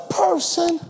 person